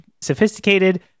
sophisticated